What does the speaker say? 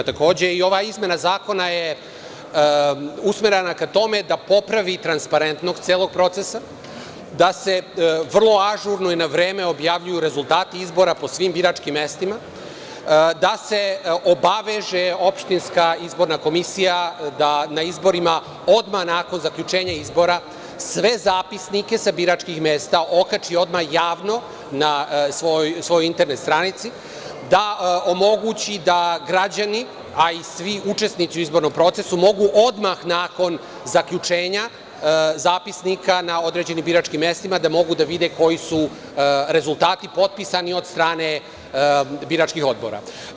Ova izmena zakona je usmerena ka tome da popravi transparentnost celog procesa, da se vrlo ažurno i na vreme objavljuju rezultati izbora po svim biračkim mestima, da se obaveže opštinska izborna komisija da na izborima odmah nakon zaključenja izbora sve zapisnike sa biračkih mesta okači odmah javno na svojoj internet stranici, da omogući da građani, a i svi učesnici u izbornom procesu, mogu odmah nakon zaključenja zapisnika na određenim biračkim mestima, da mogu da vide koji su rezultati potpisani od strane biračkih odbora.